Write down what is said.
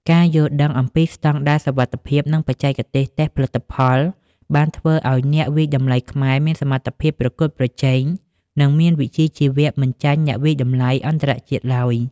ការយល់ដឹងអំពីស្តង់ដារសុវត្ថិភាព និងបច្ចេកទេសតេស្តផលិតផល បានធ្វើឱ្យអ្នកវាយតម្លៃខ្មែរមានសមត្ថភាពប្រកួតប្រជែង និងមានវិជ្ជាជីវៈមិនចាញ់អ្នកវាយតម្លៃអន្តរជាតិឡើយ។